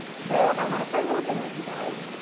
so i want to play a little game with you guys,